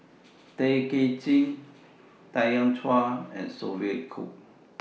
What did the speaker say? Tay Kay Chin Tanya Chua and Sophia Cooke